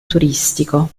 turistico